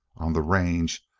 on the range,